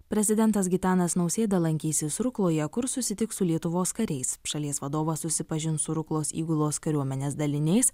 prezidentas gitanas nausėda lankysis rukloje kur susitiks su lietuvos kariais šalies vadovas susipažins su ruklos įgulos kariuomenės daliniais